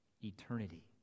eternity